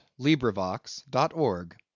LibriVox.org